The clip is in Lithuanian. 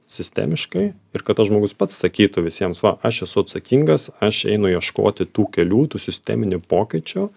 sistemiškai ir kad tas žmogus pats sakytų visiems va aš esu atsakingas aš einu ieškoti tų kelių tų sisteminių pokyčio